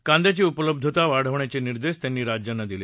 कांद्याची उपलब्धता वाढवण्याचे निदेंश त्यांनी राज्यांना दिले